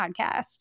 podcast